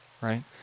right